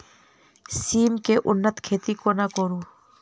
सिम केँ उन्नत खेती कोना करू?